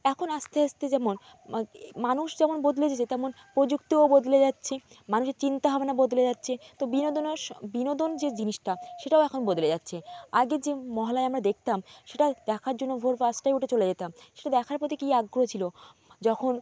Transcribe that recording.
এখন আস্তে আস্তে যেমন মানুষ যেমন বদলেছে তেমন প্রযুক্তিও বদলে যাচ্ছে মানুষের চিন্তা ভাবনা বদলে যাচ্ছে তো বিনোদন আর স বিনোদন যে জিনিসটা সেটাও এখন বদলে যাচ্ছে আগের যে মহালয়া আমরা দেখতাম সেটা দেখার জন্য ভোর পাঁচটায় উঠে চলে যেতাম সেটা দেখার প্রতি কী আগ্রহ ছিলো যখন